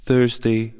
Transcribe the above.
Thursday